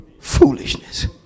foolishness